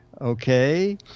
okay